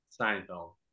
Seinfeld